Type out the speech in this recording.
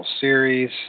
series